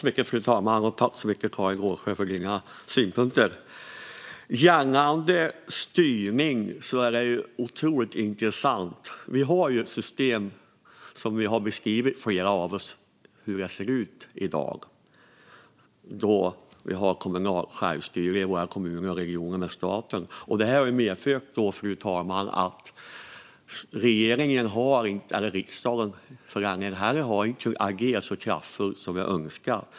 Fru talman! Tack så mycket, Karin Rågsjö, för dina synpunkter! Frågan om styrning är otroligt intressant. Vi har ju ett system som flera av oss har beskrivit hur det ser ut i dag - att vi har kommunalt självstyre i våra kommuner och regioner. Det har medfört, fru talman, att inte regeringen och inte heller riksdagen, för den delen, har agerat så kraftfullt som vi har önskat.